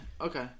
Okay